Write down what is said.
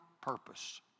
purpose